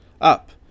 Up